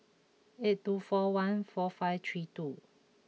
eight two four one four five three two